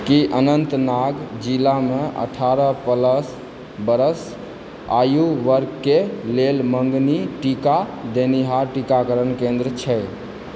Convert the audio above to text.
की अनन्तनाग जिलामे अठारह प्लस बरस आयु वर्गके लेल मँगनी टीका देनिहार टीकाकरण केन्द्र छै